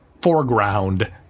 foreground